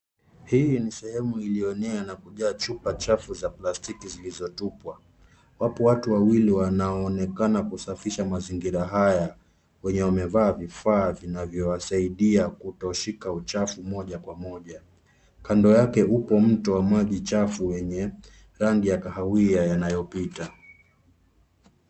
Hii ni sehemu iliyoenea na kujaa chupa chafu za plastiki zilizotupwa. Wapo watu wawili wanaoonekana kusafisha mazingira haya wanaovaa vifaa vinavyowasaidia kutoshika uchafu moja kwa moja. Kando yake upo mto wa maji chafu yenye rangi ya kahawia yanayopita.